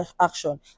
action